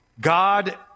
God